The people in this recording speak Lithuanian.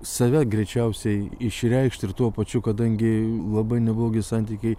save greičiausiai išreikšt ir tuo pačiu kadangi labai neblogi santykiai